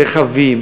רכבים,